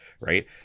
Right